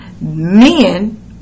Men